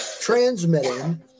transmitting